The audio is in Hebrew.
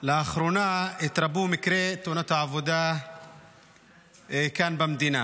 לאחרונה התרבו מקרי תאונות העבודה כאן במדינה